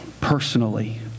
personally